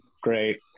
great